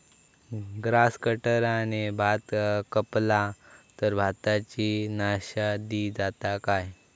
Grass कटराने भात कपला तर भाताची नाशादी जाता काय?